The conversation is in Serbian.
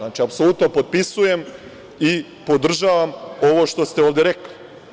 Znači, apsolutno potpisujem i podržavam ovo što ste ovde rekli.